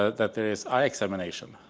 that there is eye examination.